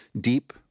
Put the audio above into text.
deep